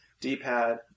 D-pad